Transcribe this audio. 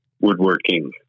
Woodworking